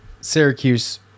Syracuse